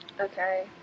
Okay